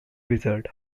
wizard